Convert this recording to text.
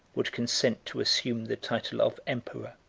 would consent to assume the title of emperor.